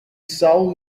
saw